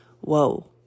whoa